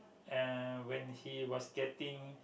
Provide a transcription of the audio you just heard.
uh when he was getting